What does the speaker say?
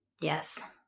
Yes